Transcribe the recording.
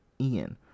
Ian